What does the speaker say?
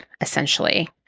essentially